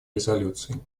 резолюций